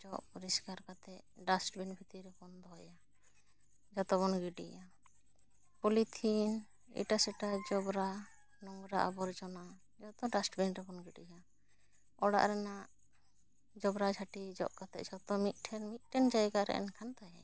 ᱡᱚᱜ ᱯᱟᱹᱨᱤᱥᱠᱟᱨ ᱠᱟᱛᱮᱫ ᱰᱟᱥᱴᱵᱤᱱ ᱵᱷᱤᱛᱤᱨ ᱨᱮᱵᱚᱱ ᱫᱚᱦᱚᱭᱟ ᱡᱚᱛᱚ ᱵᱚᱱ ᱜᱤᱰᱤᱭᱟ ᱯᱚᱞᱤᱛᱷᱤᱱ ᱮᱴᱟᱥᱮᱴᱟ ᱡᱚᱵᱽᱨᱟ ᱱᱚᱝᱨᱟ ᱟᱵᱚᱨᱡᱚᱱᱟ ᱡᱚᱛᱚ ᱰᱟᱥᱴᱵᱤᱱ ᱨᱮᱵᱚᱱ ᱜᱤᱰᱤᱭᱟ ᱚᱲᱟᱜ ᱨᱮᱱᱟᱜ ᱡᱚᱵᱽᱨᱟ ᱡᱷᱟᱹᱴᱤ ᱡᱚᱜ ᱠᱟᱛᱮᱫ ᱡᱷᱚᱛᱚ ᱢᱤᱫᱴᱷᱮᱱ ᱢᱤᱫᱴᱮᱱ ᱡᱟᱭᱜᱟ ᱨᱮ ᱮᱱᱠᱷᱟᱱ ᱛᱟᱦᱮᱸᱭᱮᱱᱟ